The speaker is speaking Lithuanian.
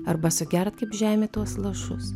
arba sugert kaip žemė tuos lašus